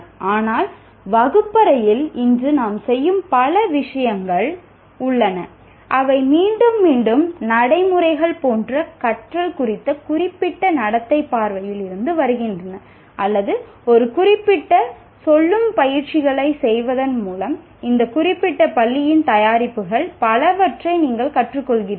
ஆனால் வகுப்பறையில் இன்றும் நாம் செய்யும் பல விஷயங்கள் உள்ளன அவை மீண்டும் மீண்டும் நடைமுறைகள் போன்ற கற்றல் குறித்த குறிப்பிட்ட நடத்தை பார்வையில் இருந்து வருகின்றன அல்லது ஒரு குறிப்பிட்ட பயிற்சிகளைச் செய்வதன் மூலம் பெறப்படுகின்றன இந்த குறிப்பிட்ட பள்ளியின் தயாரிப்புகள் பலவற்றை நீங்கள் கற்றுக் கொள்கிறீர்கள்